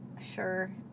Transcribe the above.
Sure